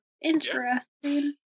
Interesting